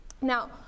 Now